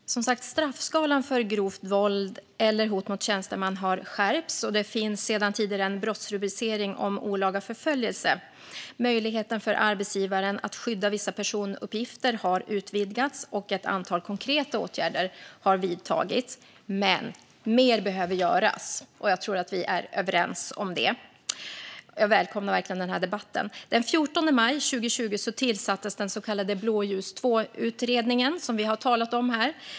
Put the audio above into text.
Fru talman! Som sagt: Straffskalan för grovt våld eller hot mot tjänsteman har skärpts, och det finns sedan tidigare en brottsrubricering om olaga förföljelse. Möjligheten för arbetsgivaren att skydda vissa personuppgifter har utvidgats. Ett antal konkreta åtgärder har vidtagits, men mer behöver göras. Jag tror att vi är överens om det. Jag välkomnar verkligen denna debatt. Den 14 maj 2020 tillsattes den blåljusutredning som vi har talat om här.